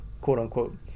quote-unquote